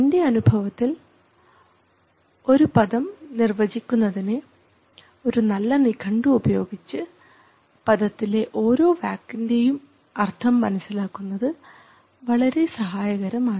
എൻറെ അനുഭവത്തിൽ ഒരു പദം നിർവക്കുന്നതിന് ഒരു നല്ല നിഘണ്ടു ഉപയോഗിച്ച് പദത്തിലെ ഓരോ വാക്കിൻറെയും അർഥം മനസ്സിലാക്കുന്നത് വളരെ സഹായകരമാണ്